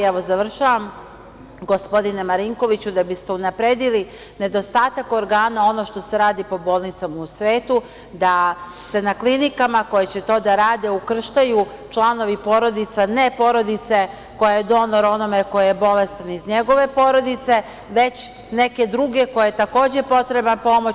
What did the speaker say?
Evo, završavam, gospodine Marinkoviću, zašto niste uradili, da biste unapredili nedostatak organa, ono što se radi po bolnicama u svetu, da se na klinikama koje će to da rade ukrštaju članovi porodica, ne porodice koja je donor onome ko je bolestan iz njegove porodice, već neke druge kojoj je takođe potrebna pomoć?